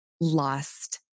lost